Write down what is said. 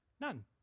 None